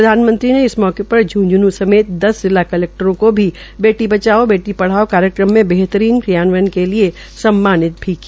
प्रधानमंत्री ने इस मौके पर झूंझन् समेत दस जिला कलैक्टरों को भी बेटी बचाओ बेटी पढ़ाओ कार्यक्रम के बेहतरीन क्रियान्वयन के लिए सम्मानित भी किया